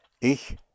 ich